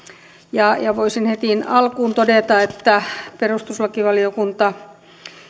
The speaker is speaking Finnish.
ja ja voisin heti alkuun todeta että perustuslakivaliokunta